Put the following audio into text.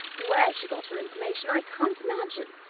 where she got her information i can't imagine.